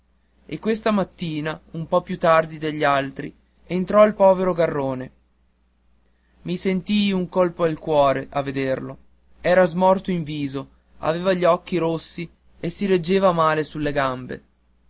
e questa mattina un po più tardi degli altri entrò il povero arrone i sentii un colpo al cuore a vederlo era smorto in viso aveva gli occhi rossi e si reggeva male sulle gambe